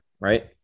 right